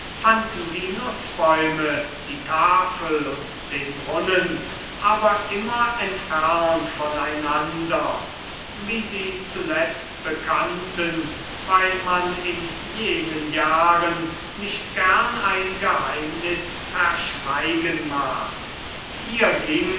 fanden die nußbäume die tafel und den brunnen aber immer entfernt von einander wie sie zuletzt bekannten weil man in jenen jahren nicht gern ein geheimnis verschweigen mag hier ging